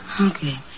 Okay